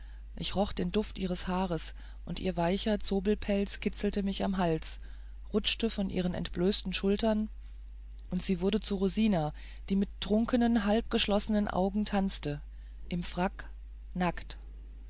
ich roch den duft ihres haares und ihr weicher zobelpelz kitzelte mich am hals rutschte von ihren entblößten schultern und sie wurde zu rosina die mit trunkenen halbgeschlossenen augen tanzte im frack nackt